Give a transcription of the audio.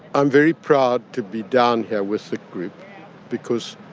i'm very proud to be down here with the group because